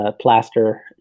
plaster